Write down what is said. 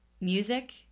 music